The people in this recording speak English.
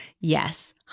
Yes